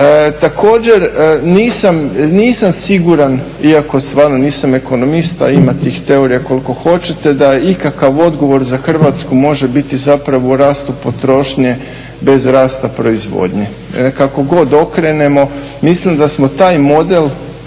Također nisam siguran iako stvarno nisam ekonomista, ima tih teorija koliko hoćete da ikakav odgovor za Hrvatsku može biti zapravo u rastu potrošnje bez rasta proizvodnje. Kako god okrenemo mislim da smo taj model